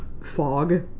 fog